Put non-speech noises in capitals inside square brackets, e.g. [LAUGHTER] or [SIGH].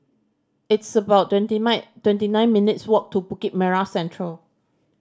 it's about twenty [UNINTELLIGIBLE] twenty nine minutes' walk to Bukit Merah Central